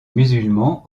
musulmans